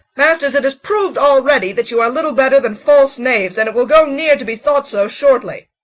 masters, it is proved already that you are little better than false knaves, and it will go near to be thought so shortly.